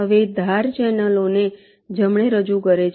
હવે ધાર ચેનલોને જમણે રજૂ કરે છે